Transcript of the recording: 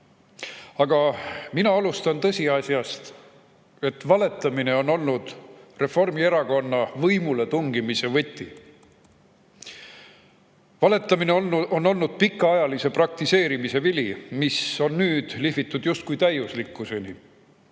Aga mina alustan tõsiasjast, et valetamine on olnud Reformierakonna võimule tungimise võti. Valetamine on pikaajalise praktiseerimise vili, mis on nüüd lihvitud justkui täiuslikkuseni.